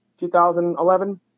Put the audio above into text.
2011